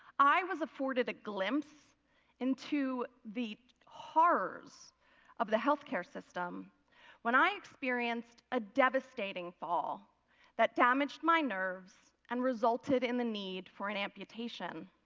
i was afforded a glimpse into the horrors of the healthcare system when i experienced a devastating fall that damaged my nerves and resulted in the need for an amputation.